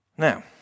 Now